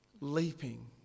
leaping